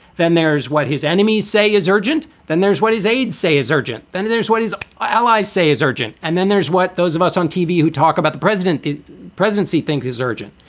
then there's what his enemies say is urgent. then there's what his aides say is urgent. then there's what his allies say is urgent. and then there's what those of us on tv who talk about the president the presidency thinks is urgent.